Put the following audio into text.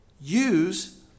Use